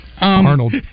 Arnold